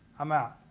i'm out.